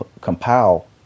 compile